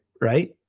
right